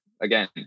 Again